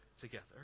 together